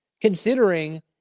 considering